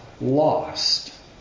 lost